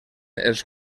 els